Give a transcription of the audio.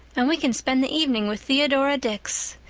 and we can spend the evening with theodora dix.